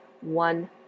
one